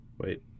Wait